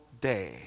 day